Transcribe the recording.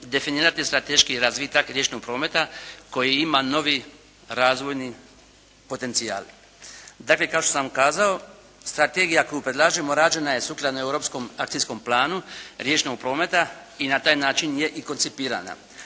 definirati strateški razvitak riječnog prometa koji ima novi razvojni potencijal. Dakle, kao što sam kazao strategija koju predlažemo rađena je sukladno europskom akcijskom planu riječnog prometa i na taj način je i konceptirana.